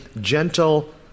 gentle